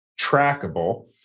trackable